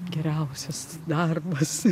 geriausias darbas